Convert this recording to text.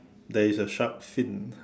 there is a shark fin